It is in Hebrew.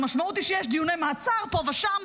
והמשמעות היא שיש דיוני מעצר פה ושם,